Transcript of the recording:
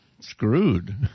Screwed